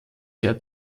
sehr